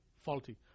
faulty